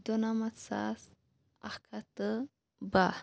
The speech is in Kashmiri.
دُنَمَتھ ساس اَکھ ہَتھ تہٕ بَہہ